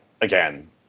again